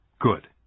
Good